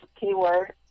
keyword